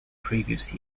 previous